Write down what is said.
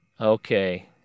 Okay